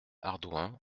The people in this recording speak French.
ardouin